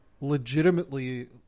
legitimately